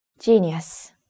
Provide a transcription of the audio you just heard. genius